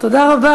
תודה רבה.